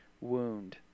wound